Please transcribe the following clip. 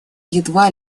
едва